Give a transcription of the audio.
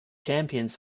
champions